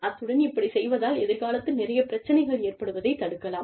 அத்துடன் இப்படிச் செய்வதால் எதிர்காலத்தில் நிறையப் பிரச்சனைகள் ஏற்படுவதைத் தடுக்கலாம்